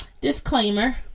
Disclaimer